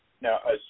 Now